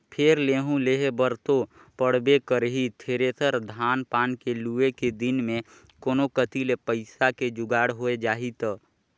फेर लेहूं लेहे बर तो पड़बे करही थेरेसर, धान पान के लुए के दिन मे कोनो कति ले पइसा के जुगाड़ होए जाही त